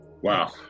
Wow